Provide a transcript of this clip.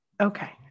Okay